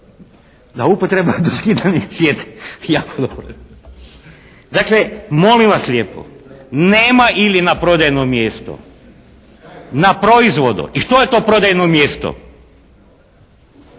to mjesto naljepnica sa cijenom. Dakle, molim vas lijepo, nema ili na prodajno mjesto. Na proizvodu. I što je to prodajno mjesto?